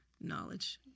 knowledge